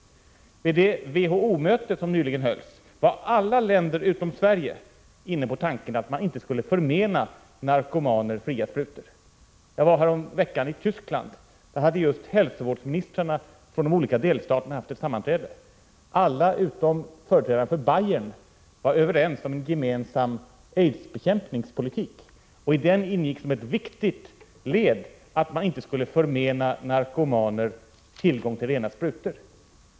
Vid det WHO-möte som nyligen hölls var alla länder utom Sverige inne på tanken att man inte skulle förmena narkomaner fria sprutor. Jag var häromveckan i Tyskland. Där hade just hälsovårdsministrarna från de olika delstaterna haft sammanträde. Alla utom företrädaren för Bayern var överens om en gemensam aidsbekämpningspolitik. I den ingick som ett viktigt led att man inte skulle förmena narkomaner tillgång till rena sprutor.